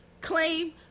claim